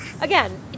Again